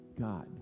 God